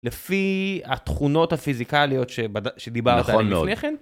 לפי התכונות הפיזיקליות שדיברת עליהם לפני כן.